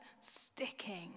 sticking